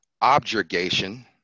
objurgation